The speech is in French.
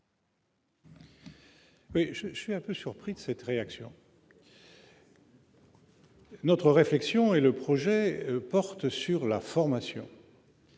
Je suis un peu surpris de cette réaction. Notre réflexion et ce projet de loi portent sur la formation.